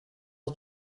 add